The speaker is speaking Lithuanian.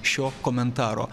šio komentaro